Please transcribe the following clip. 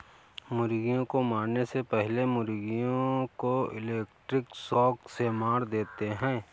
मुर्गियों को मारने से पहले मुर्गियों को इलेक्ट्रिक शॉक से मार देते हैं